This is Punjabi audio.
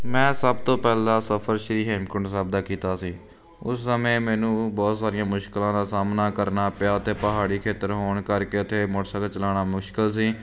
ਮੈਂ ਸਭ ਤੋਂ ਪਹਿਲਾਂ ਸਫਰ ਸ਼੍ਰੀ ਹੇਮਕੁੰਡ ਸਾਹਿਬ ਦਾ ਕੀਤਾ ਸੀ ਉਸ ਸਮੇਂ ਮੈਨੂੰ ਬਹੁਤ ਸਾਰੀਆਂ ਮੁਸ਼ਕਿਲਾਂ ਦਾ ਸਾਹਮਣਾ ਕਰਨਾ ਪਿਆ ਅਤੇ ਪਹਾੜੀ ਖੇਤਰ ਹੋਣ ਕਰਕੇ ਅਤੇ ਮੋਟਰਸਾਈਕਲ ਚਲਾਉਣਾ ਮੁਸ਼ਕਿਲ ਸੀ